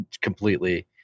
completely